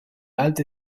alte